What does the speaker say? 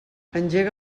engega